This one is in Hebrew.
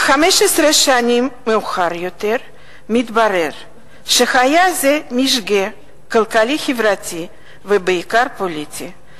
אך 15 שנים מאוחר יותר מתברר שהיה זה משגה כלכלי-חברתי ובעיקר פוליטי.